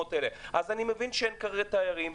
אז אני מבין שאין תיירים כרגע,